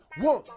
One